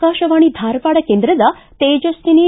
ಆಕಾಶವಾಣಿ ಧಾರವಾಡ ಕೇಂದ್ರದ ತೇಜಸ್ವಿನಿ